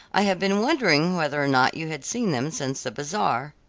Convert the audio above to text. i have been wondering whether or not you had seen them since the bazaar.